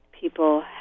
people